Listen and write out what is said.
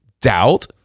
doubt